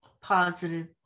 positive